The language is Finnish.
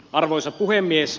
arvoisa puhemies